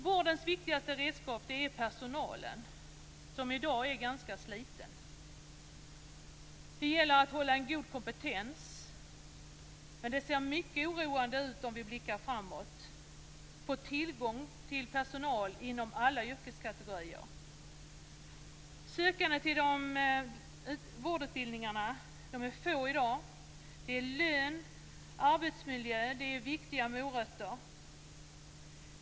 Vårdens viktigaste redskap är personalen, som i dag är ganska sliten. Det gäller att hålla en god kompetens, men det ser mycket oroande ut om vi blickar framåt vad gäller tillgång till personal inom alla yrkeskategorier. Sökande till vårdutbildningarna är få i dag. Lön och arbetsmiljö är viktiga morötter.